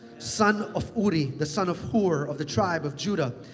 son of uri, the son of hur, of the tribe of judah.